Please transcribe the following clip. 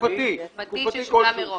כרטיס תקופתי ששולם מראש,